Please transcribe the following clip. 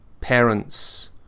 parents